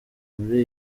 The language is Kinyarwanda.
muri